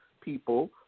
people